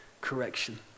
correction